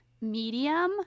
medium